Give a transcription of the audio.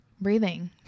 breathing